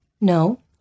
No